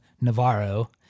Navarro